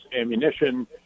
ammunition